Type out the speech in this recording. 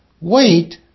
Wait